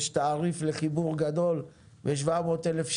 יש תעריף לחיבור גדול ב-700 אלף שקלים,